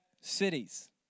cities